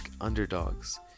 underdogs